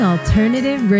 Alternative